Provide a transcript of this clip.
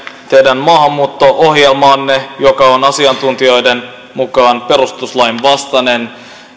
teidän maahanmuutto ohjelmaanne joka on asiantuntijoiden mukaan perustuslain vastainen